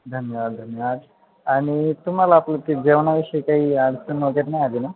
धन्यवाद धन्यवाद आणि तुम्हाला आपलं ते जेवणाविषयी काही अडचण वगैरे नाही आली ना